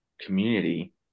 community